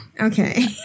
Okay